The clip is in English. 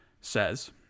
says